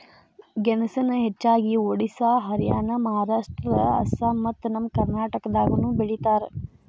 ಗೆಣಸನ ಹೆಚ್ಚಾಗಿ ಒಡಿಶಾ ಹರಿಯಾಣ ಮಹಾರಾಷ್ಟ್ರ ಅಸ್ಸಾಂ ಮತ್ತ ನಮ್ಮ ಕರ್ನಾಟಕದಾಗನು ಬೆಳಿತಾರ